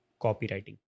copywriting